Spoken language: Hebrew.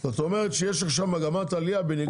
זאת אומרת שיש עכשיו מגמת עלייה.